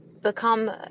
become